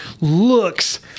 looks